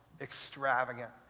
extravagant